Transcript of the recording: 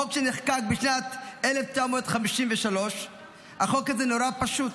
חוק שנחקק בשנת 1953. החוק הזה נורא פשוט: